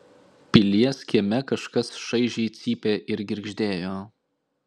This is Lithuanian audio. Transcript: pilies kieme kažkas šaižiai cypė ir girgždėjo